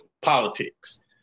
politics